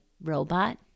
robot